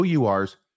OUR's